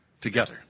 together